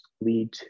lead